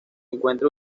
encuentra